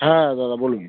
হ্যাঁ দাদা বলুন